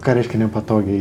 ką reiškia nepatogiai